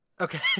Okay